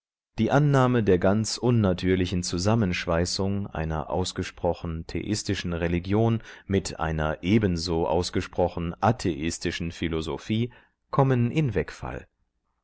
die annahme der ganz unnatürlichen zusammenschweißung einer ausgesprochen theistischen religion mit einer ebenso ausgesprochen atheistischen philosophie kommen in wegfall